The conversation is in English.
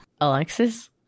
Alexis